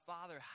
Father